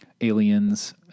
Aliens